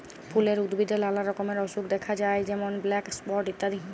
ফুলের উদ্ভিদে লালা রকমের অসুখ দ্যাখা যায় যেমল ব্ল্যাক স্পট ইত্যাদি